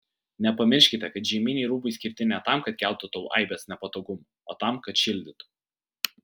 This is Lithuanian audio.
nepamirškite kad žieminiai rūbai skirti ne tam kad keltų tau aibes nepatogumų o tam kad šildytų